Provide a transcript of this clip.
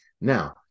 Now